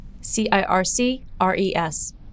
C-I-R-C-R-E-S